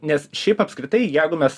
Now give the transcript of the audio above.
nes šiaip apskritai jeigu mes